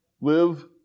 live